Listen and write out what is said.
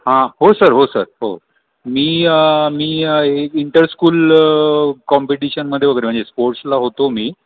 हां हो सर हो सर हो मी मी हे इंटरस्कूल कॉम्पिटिशनमध्ये वगैरे म्हणजे स्पोर्ट्सला होतो मी